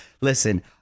Listen